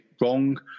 wrong